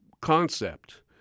concept